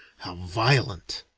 how violent!